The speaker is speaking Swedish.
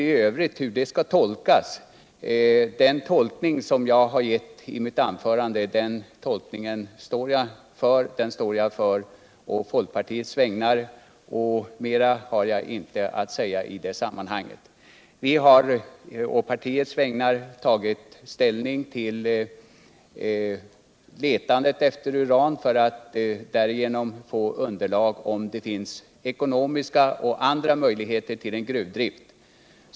Beträffande utskottsbetänkandets tolkning i övrigt vill jag säga att jag å folkpartiets vägnar står för den tolkning jag gjorde i mitt anförande. Något mera har jag inte att säga i sammanhanget. Vi har å partiets vägnar tagit Energiforskning, ställning för letande efter uran för att därigenom få veta om det finns ekonomiska och andra möjligheter till gruvdrift.